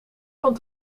van